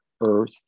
earth